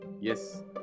Yes